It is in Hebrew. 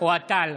אוהד טל,